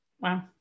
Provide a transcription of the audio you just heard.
Wow